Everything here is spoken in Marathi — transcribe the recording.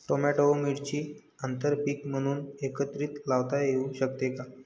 टोमॅटो व मिरची आंतरपीक म्हणून एकत्रित लावता येऊ शकते का?